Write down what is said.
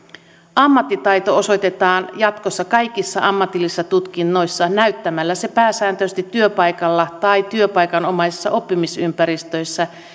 ammattitaito osoitetaan jatkossa kaikissa ammatillisissa tutkinnoissa näyttämällä se pääsääntöisesti työpaikalla tai työpaikanomaisissa oppimisympäristöissä